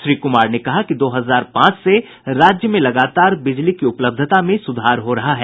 श्री कुमार ने कहा कि दो हजार पांच से राज्य में लगातार बिजली की उपलब्धता में सुधार हो रहा है